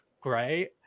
great